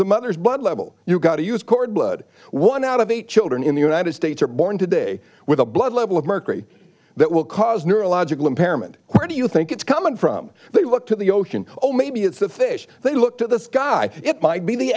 the mother's blood level you got to use cord blood one out of eight children in the united states are born today with a blood level of mercury that will cause neurological impairment where do you think it's coming from they looked at the ocean oh maybe it's the thing they looked at the sky it might be the